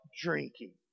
drinking